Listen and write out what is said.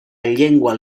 llengua